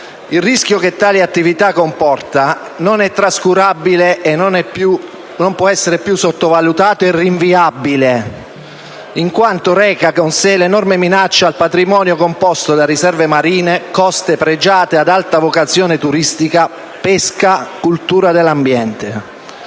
Il rischio che tali attività comportano non è trascurabile e non può essere più sottovalutato e rinviabile, in quanto reca con sé l'enorme minaccia al patrimonio composto da riserve marine, coste pregiate ad alta vocazione turistica, pesca e cultura dell'ambiente.